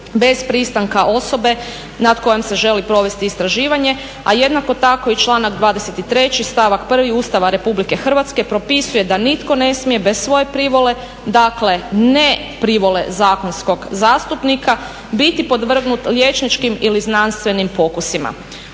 bez pristanka osobe nad kojom se želi provesti istraživanje. A jednako tako i članak 23. stavak 1. Ustava Republike Hrvatske propisuje da nitko ne smije bez svoje privole, dakle ne privole zakonskog zastupnika biti podvrgnut liječničkim ili znanstvenim pokusima.